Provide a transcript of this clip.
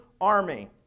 army